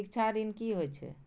शिक्षा ऋण की होय छै?